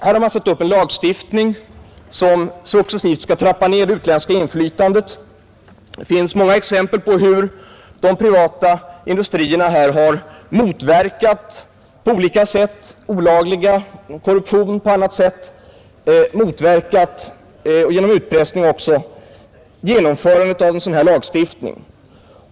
Här har man infört en lagstiftning, som successivt skall trappa ned det utländska inflytandet. Det finns många exempel på hur de privata industrierna här på olika olagliga sätt, t.ex. genom korruption och utpressning, har motverkat genomförandet av en sådan lagstiftning.